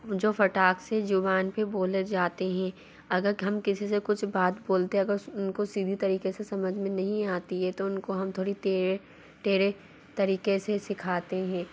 जो फटाक से ज़ुबान पर बोले जाते हैं अगर हम किसी से कुछ बात बोलते अगर उनको सीधी तरीक़े से समझ में नहीं आती तो उनको हम थोड़ी टेढ़े टेढ़े तरीक़े से सिखाते हैं